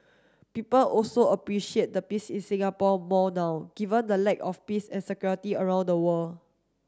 people also appreciate the peace in Singapore more now given the lack of peace and security around the world